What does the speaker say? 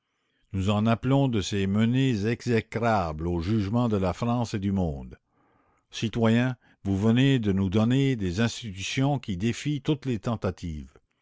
nous en appelons de ces menées exécrables au jugement de la france et du monde citoyens vous venez de nous donner des institutions qui défient toutes les tentatives